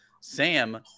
Sam